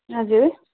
हजुर